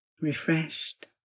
Refreshed